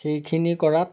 সেইখিনি কৰাত